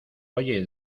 oye